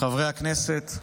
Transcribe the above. חברי הכנסת,